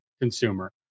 consumer